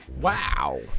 Wow